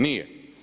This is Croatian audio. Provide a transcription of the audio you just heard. Nije.